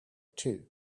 too